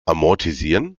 amortisieren